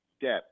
depth